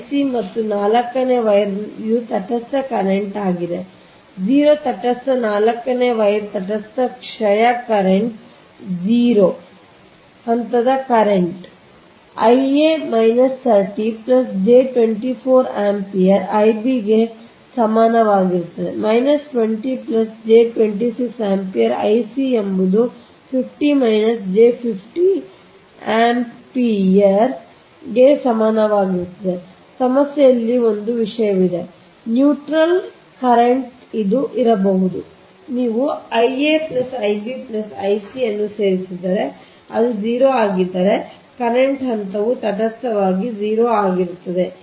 Ic ಮತ್ತು ನಾಲ್ಕನೇ wire ತಟಸ್ಥ ಕರೆಂಟ್ ಆಗಿದೆ 0 ತಟಸ್ಥ ನಾಲ್ಕನೇ ವೈರ್ಯು ತಟಸ್ಥ ಕ್ಷಯ ಕರೆಂಟ್ 0 ಹಂತದ ಕರೆಂಟ್ಗಳು I a 30 j 24 ampere I b ಗೆ ಸಮನಾಗಿರುತ್ತದೆ 20 j 26 ಆಂಪಿಯರ್ I c ಎಂಬುದು 50 j 50 ಆಂಪಿಯರ್ಗೆ ಸಮಾನವಾಗಿರುತ್ತದೆ ಸಮಸ್ಯೆಯಲ್ಲಿ ಒಂದು ವಿಷಯವಿದೆ ನ್ಯೂಟ್ರಲ್ ಕರೆಂಟ್ ಇದು ಇರಬಹುದು ಆದರೆ ನೀವು I a I b I c ಅನ್ನು ಸೇರಿಸಿದರೆ ಅದು 0 ಆಗಿದ್ದರೆ ಕರೆಂಟ್ ಹಂತವು ತಟಸ್ಥವಾಗಿ 0 ಆಗಿರುತ್ತದೆ